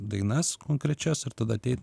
dainas konkrečias ir tada ateit